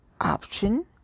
option